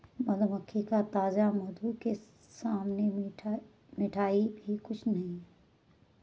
मधुमक्खी का ताजा मधु के सामने मिठाई भी कुछ नहीं